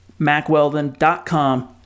macweldon.com